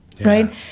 right